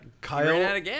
Kyle